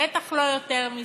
בטח לא יותר מזה.